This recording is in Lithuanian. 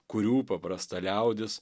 kurių paprasta liaudis